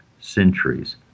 centuries